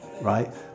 right